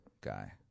guy